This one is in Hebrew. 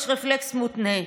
יש רפלקס מותנה,